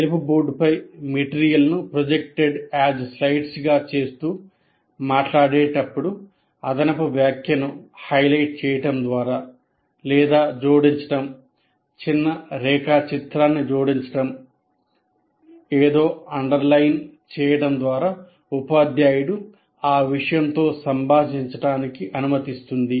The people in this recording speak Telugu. తెలుపు బోర్డుపై మెటీరియల్ను projected as slides గా చేస్తూ మాట్లాడేటప్పుడు అదనపు వ్యాఖ్యను హైలైట్ చేయడం లేదా జోడించడం చిన్న రేఖాచిత్రాన్ని జోడించడం ఏదో అండర్లైన్ చేయడం ద్వారా ఉపాధ్యాయుడు ఆ విషయంతో సంభాషించడానికి అనుమతిస్తుంది